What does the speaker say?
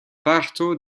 parto